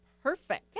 Perfect